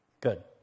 Good